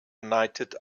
united